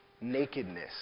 nakedness